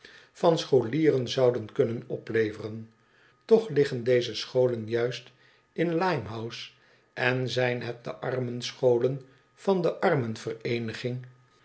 van scholieren zouden kunnen opleveren toch liggen deze scholen juist in limehouse en zijn het de armenscholen van de